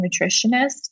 nutritionist